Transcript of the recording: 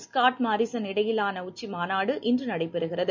Scott Morrison இடையிலான உச்சி மாநாடு இன்று நடைபெறுகிறது